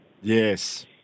Yes